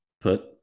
put